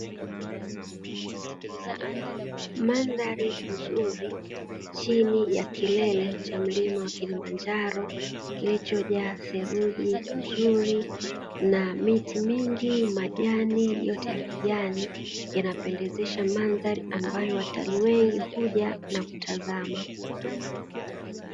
Mandhari nzuri chini ya kilele cha mlima wa kilimanjaro, kilichojaa theluji nzuri na miti mingi, majani yote ya kijani, yanapendezesha mandhari ambayo watalii wengi huja na kutazama.